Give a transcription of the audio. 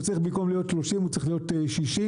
במקום להיות 30 הוא צריך להיות 60,